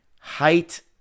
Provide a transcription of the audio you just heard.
height